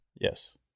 Yes